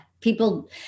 People